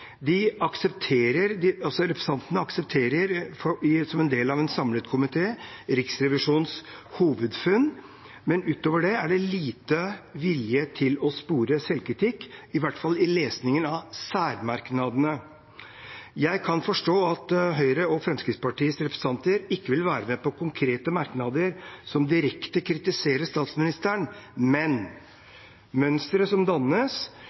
de helt åpenbare ting som Riksrevisjonen påpeker. Representantene aksepterer som en del av en samlet komité Riksrevisjonens hovedfunn, men utover det er det lite vilje til selvkritikk å spore, i hvert fall i lesningen av særmerknadene. Jeg kan forstå at Høyre og Fremskrittspartiets representanter ikke vil være med på konkrete merknader som direkte kritiserer statsministeren, men mønsteret som dannes,